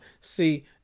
See